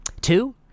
Two